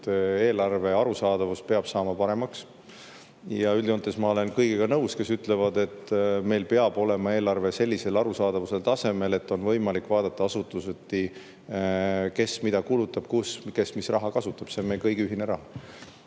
eelarve arusaadavus peab saama paremaks. Üldjoontes ma olen kõigiga nõus, kes ütlevad, et meil peab olema eelarve sellisel arusaadavuse tasemel, et on võimalik vaadata asutuseti, kes mida kulutab, kus, kes mis raha kasutab. See on meie kõigi ühine raha.